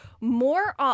more